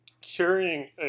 carrying